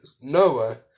Noah